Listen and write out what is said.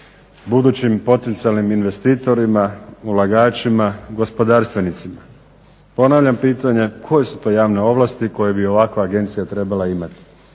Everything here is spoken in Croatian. budućim potencijalnim investitorima, ulagačima, gospodarstvenicima? Ponavljam pitanje, koje su to javne ovlasti koje bi ovakva agencija trebala imati?